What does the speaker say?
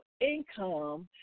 income